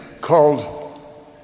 called